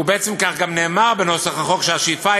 ובעצם כך גם נאמר בנוסח החוק: שהשאיפה